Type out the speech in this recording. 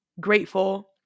grateful